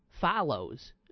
follows